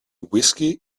whiskey